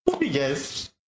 Yes